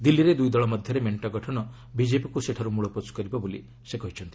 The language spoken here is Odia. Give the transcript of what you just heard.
ଦିଲ୍ଲୀରେ ଦୁଇ ଦଳ ମଧ୍ୟରେ ମେଣ୍ଟ ଗଠନ ବିଜେପିକୁ ସେଠାରୁ ମୂଳପୋଛ କରିବ ବୋଲି ସେ କହିଛନ୍ତି